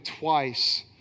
twice